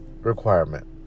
requirement